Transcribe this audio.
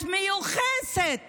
את מיוחסת